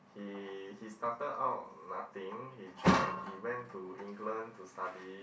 he he started out nothing he join he went to England to study